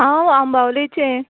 हांव आंबावलेचें